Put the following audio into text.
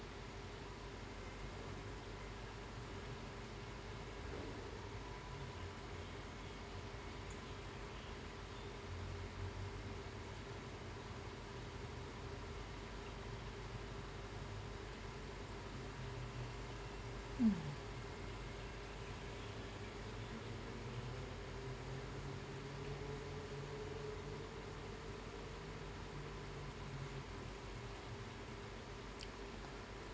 mm